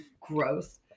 Gross